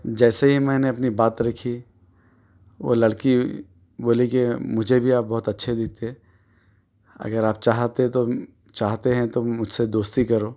جیسے ہی میں نے اپنی بات رکھی وہ لڑکی بولی کہ مجھے بھی آپ بہت اچھے دکھتے اگر آپ چاہتے تو چاہتے ہیں تو مجھ سے دوستی کرو